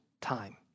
time